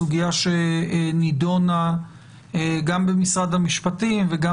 הסוגיה שנידונה גם במשרד המשפטים וגם